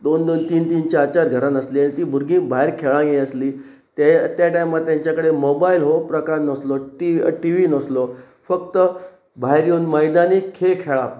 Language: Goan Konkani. दोन दोन तीन तीन चार चार घरान आसली आनी तीं भुरगीं भायर खेळां हीं आसलीं ते त्या टायमार तेंच्या कडेन मोबायल हो प्रकार नासलो टी टी वी नासलो फक्त भायर येवन मैदानी खेळ खेळप